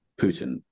Putin